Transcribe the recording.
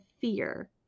fear